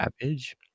cabbage